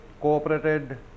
cooperated